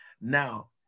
now